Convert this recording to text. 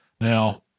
Now